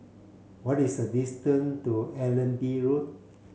what is the distance to Allenby Road